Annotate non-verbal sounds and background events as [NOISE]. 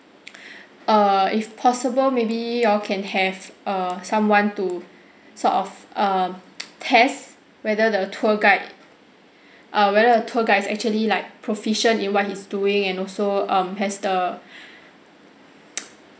[NOISE] err if possible maybe y'all can have err someone to sort of um [NOISE] test whether the tour guide uh whether the tour guides actually like proficient in what he's doing and also um has the [NOISE]